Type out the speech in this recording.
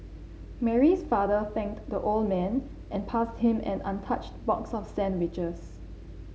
Mary's father thanked the old man and passed him an untouched box of sandwiches